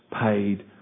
paid